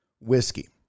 whiskey